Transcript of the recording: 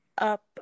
up